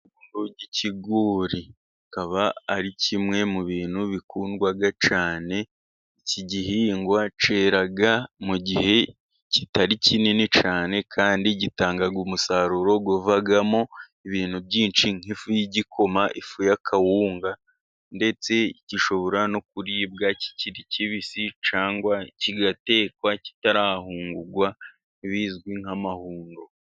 Ikigori akaba ari kimwe mu bintu bikundwa cyane, iki gihingwa cyera mu gihe kitari kinini cyane, kandi gitanga umusaruro uvamo ibintu byinshi, nk'ifu y'igikoma, ifu ya kawunga, ndetse gishobora no kuribwa kikiri kibisi, cyangwa kigatekwa kitarahungurwa, bizwi nk'amahundo.